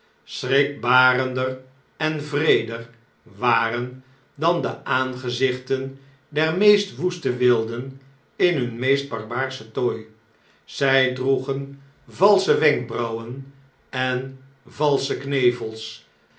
schrikbarender en wreeder waren dan de aangezichten der meest woeste wilden in hun meest barbaarschen tooi zg droegen valsche wenkbrauwen en valsche knevels